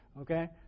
Okay